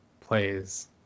plays